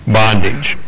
bondage